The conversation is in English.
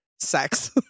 sex